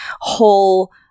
whole